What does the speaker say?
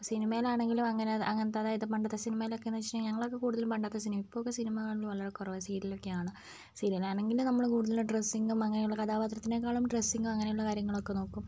ഇപ്പോൾ സിനിമയിൽ ആണെങ്കിലും അങ്ങനെ അങ്ങനത്തെ അതായത് പണ്ടത്തെ സിനിമയിൽ ഒക്കെ എന്ന് വെച്ചിട്ടുണ്ടെങ്കിൽ ഞങ്ങളൊക്കെ കൂടുതലും പണ്ടത്തെ സിനിമ ആണ് ഇപ്പോൾ ഒക്കെ സിനിമ കാണൽ വളരെ കുറവാണ് സീരിയൽ ഒക്കെ ആണ് സീരിയൽ ആണെങ്കിൽ നമ്മൾ കൂടുതലും ഡ്രസിങും അങ്ങനെയുള്ള കാര്യങ്ങളൊക്കെയാണ് കഥാപാത്രത്തിനേക്കാളും ഡ്രസിങ് അങ്ങനെയുള്ള കാര്യങ്ങളൊക്കെ നോക്കും